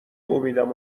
امیدم